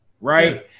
right